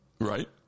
Right